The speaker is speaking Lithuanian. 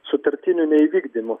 sutartinio neįvykdymo